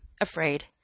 afraid